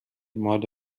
مال